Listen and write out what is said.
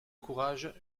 courage